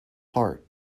heart